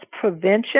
prevention